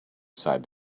sighed